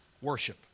worship